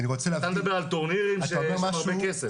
אתה מדבר על טורנירים שיש בהם הרבה כסף.